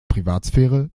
privatsphäre